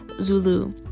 Zulu